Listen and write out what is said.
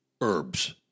herbs